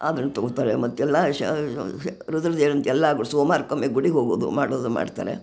ಆದ್ರುನ್ನ ತಗೊಳ್ತಾರೆ ಮತ್ತೆಲ್ಲ ಎಲ್ಲ ಸೋಮವಾರ್ಕೊಮ್ಮೆ ಗುಡಿಗೆ ಹೋಗೋದು ಮಾಡೋದು ಮಾಡ್ತಾರೆ